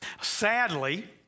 Sadly